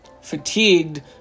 fatigued